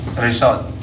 result